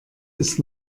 ist